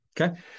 Okay